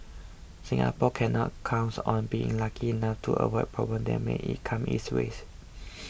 Singapore cannot counts on being lucky enough to avoid problems that may E come its way